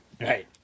Right